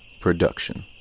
Production